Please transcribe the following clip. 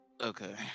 Okay